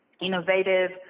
innovative